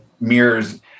mirrors